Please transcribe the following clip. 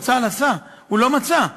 אבל צה"ל עשה, הוא לא מצא.